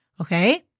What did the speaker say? okay